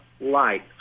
light